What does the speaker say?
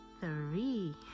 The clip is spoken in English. three